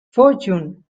fortune